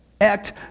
act